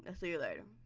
ah see you later.